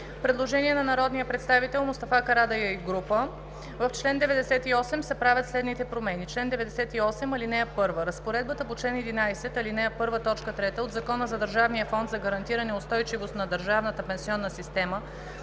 предложение от народния представител Мустафа Карадайъ и група: 1. В чл. 98 се правят следните промени: „Чл. 98 (1) Разпоредбата на чл. 11, ал. 1, т. 3 от Закона за Държавния фонд за гарантиране устойчивост на държавната пенсионна система